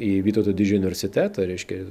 į vytauto didžiojo universitetą reiškia